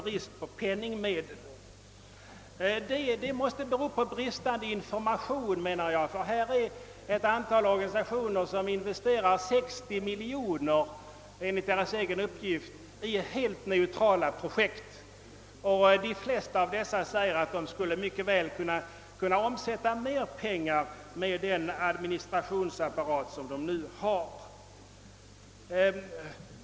Enligt min mening måste i detta sammanhang finnas bristande information. Det finns ett antal organisationer som enligt egen uppgift tillsammans investerar ungefär 60 miljoner kronor i helt neutrala projekt, och de flesta av dessa organisationer framhåller, att de mycket väl skulle kunna omsätta mer pengar med den nuvarande administrationsapparaten.